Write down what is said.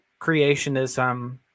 creationism